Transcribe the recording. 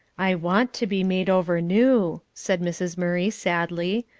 i want to be made over new, said mrs. murray sadly,